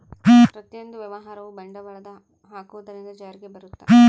ಪ್ರತಿಯೊಂದು ವ್ಯವಹಾರವು ಬಂಡವಾಳದ ಹಾಕುವುದರಿಂದ ಜಾರಿಗೆ ಬರುತ್ತ